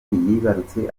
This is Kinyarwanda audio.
yibarutse